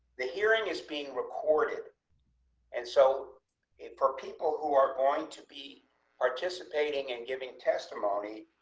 the hearing is being recorded and so it for people who are going to be participating and giving testimony,